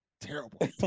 terrible